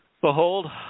Behold